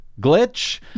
glitch